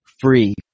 Free